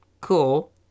cool